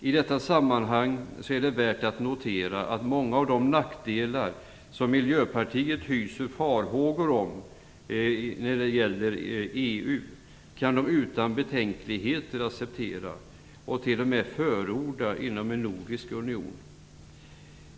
I detta sammanhang är det värt att notera att många av de nackdelar som Miljöpartiet hyser farhågor om när det gäller EU kan man utan betänkligheter acceptera och t.o.m. förorda inom en nordisk union.